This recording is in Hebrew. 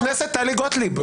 חברת הכנסת טלי גוטליב,